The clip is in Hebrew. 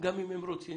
גם אם הם רוצים